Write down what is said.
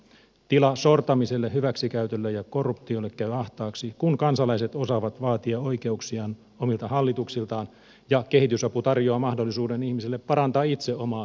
tila sortamiselle hyväksikäytölle ja korruptiolle käy ahtaaksi kun kansalaiset osaavat vaatia oikeuksiaan omilta hallituksiltaan ja kehitysapu tarjoaa mahdollisuuden ihmiselle parantaa itse omaa hyvinvointiaan